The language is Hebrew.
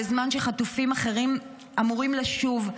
בזמן שחטופים אחרים אמורים לשוב.